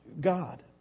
God